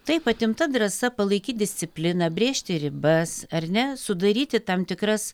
taip atimta drąsa palaikyt discipliną brėžti ribas ar ne sudaryti tam tikras